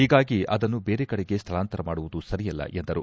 ಹೀಗಾಗಿ ಅದನ್ನು ಬೇರೆ ಕಡೆಗೆ ಸ್ವಳಾಂತರ ಮಾಡುವುದು ಸರಿಯಲ್ಲ ಎಂದರು